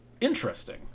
interesting